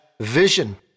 vision